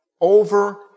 over